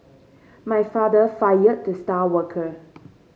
my father fired the star worker